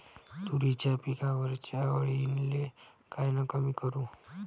तुरीच्या पिकावरच्या अळीले कायनं कमी करू?